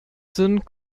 sind